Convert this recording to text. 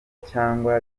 cyangwa